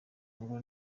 ngo